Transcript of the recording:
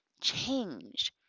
changed